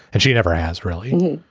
and she never has, really.